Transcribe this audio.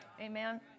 Amen